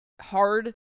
hard